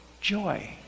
joy